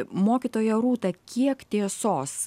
mokytoja rūta kiek tiesos